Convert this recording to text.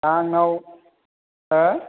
आंनाव हो